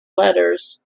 letters